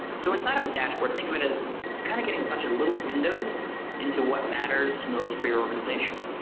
so inside of a dashboard, think of it as kind of getting a bunch of little windows into what matters most for your organization.